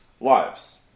lives